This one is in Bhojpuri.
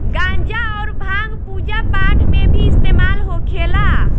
गांजा अउर भांग पूजा पाठ मे भी इस्तेमाल होखेला